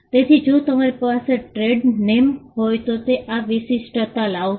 તેથી જો તમારી પાસે ટ્રેડ નેમ હોય તો તે આ વિશિષ્ટતા લાવશે